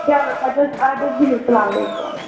چلو اَدٕ حظ اَدٕ حظ بِہِو اسَلام علیکُم